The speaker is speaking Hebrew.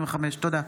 תודה.